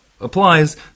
applies